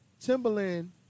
Timberland